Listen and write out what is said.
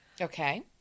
Okay